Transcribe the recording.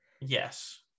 yes